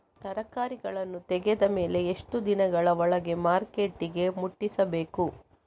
ತರಕಾರಿಗಳನ್ನು ತೆಗೆದ ಮೇಲೆ ಎಷ್ಟು ದಿನಗಳ ಒಳಗೆ ಮಾರ್ಕೆಟಿಗೆ ಮುಟ್ಟಿಸಬೇಕು?